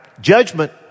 Judgment